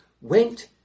went